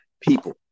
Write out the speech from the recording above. people